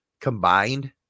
combined